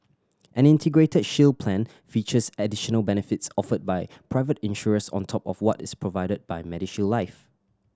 an Integrated Shield Plan features additional benefits offered by private insurers on top of what is provided by MediShield Life